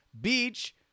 beach